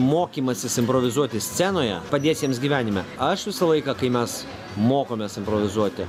mokymasis improvizuoti scenoje padės jiems gyvenime aš visą laiką kai mes mokomės improvizuoti